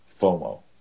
FOMO